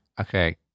Okay